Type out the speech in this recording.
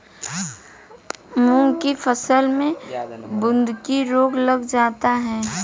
मूंग की फसल में बूंदकी रोग लग जाता है